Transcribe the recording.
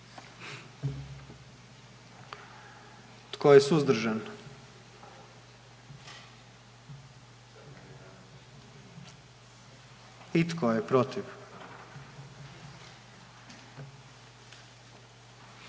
Tko je suzdržan? I tko je protiv? Utvrđujem